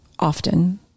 often